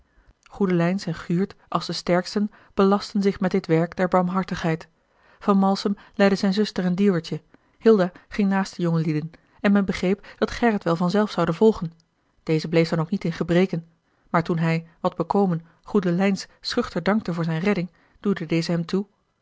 goedelijns en guurt als de sterksten belastten zich met dit werk der barmhartigheid van malsem leidde zijne zuster en dieuwertje hilda ging naast de jongelieden en men begreep dat gerrit wel vanzelf zoude volgen deze bleef dan ook niet in gebreke maar toen hij wat bekomen goedelijns schuchter dankte voor zijne redding duwde deze hem toe